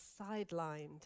sidelined